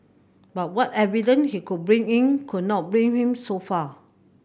but what evident he could bring in could not bring him so far